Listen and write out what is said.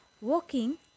walking